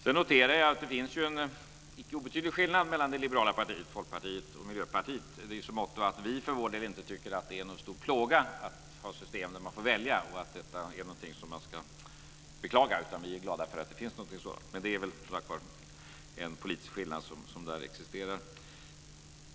Sedan noterar jag att det finns en icke obetydlig skillnad mellan det liberala partiet Folkpartiet och Miljöpartiet i så måtto att vi för vår del inte tycker att det är någon stor plåga att ha ett system där man får välja och att det är någonting som man ska beklaga, utan vi är glada för att den möjligheten finns. Men det är väl en politisk skillnad som här existerar.